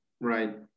Right